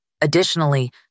Additionally